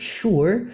sure